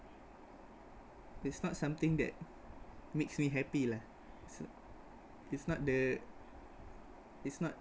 it's not something that makes me happy lah it's not the it's not